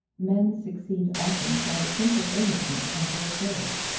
men succeed often by the simple earnestness of their prayers.